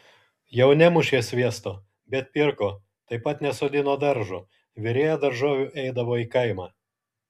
jau nemušė sviesto bet pirko taip pat nesodino daržo virėja daržovių eidavo į kaimą